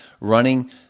running